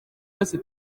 yose